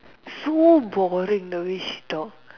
so boring the way she talk